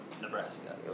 Nebraska